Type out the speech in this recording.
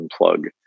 unplug